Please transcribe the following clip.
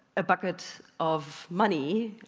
a bucket of money